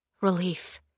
Relief